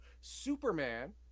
Superman